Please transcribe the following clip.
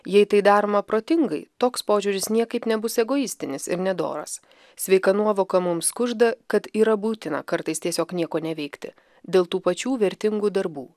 jei tai daroma protingai toks požiūris niekaip nebus egoistinis ir nedoras sveika nuovoka mums kužda kad yra būtina kartais tiesiog nieko neveikti dėl tų pačių vertingų darbų